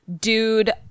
Dude